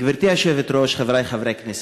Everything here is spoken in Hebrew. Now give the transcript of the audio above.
גברתי היושבת-ראש, חברי חברי הכנסת,